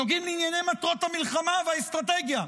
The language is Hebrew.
נוגעים לענייני מטרות המלחמה והאסטרטגיה.